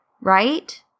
right